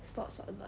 sports [one] bah